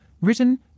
written